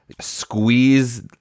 squeeze